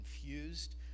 confused